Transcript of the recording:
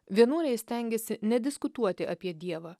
vienuoliai stengėsi nediskutuoti apie dievą